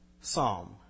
Psalm